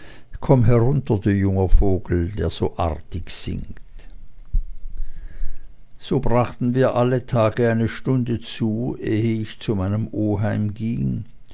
komm herunter du junger vogel der so artig singt so brachten wir alle tage eine stunde zu eh ich zu meinem oheim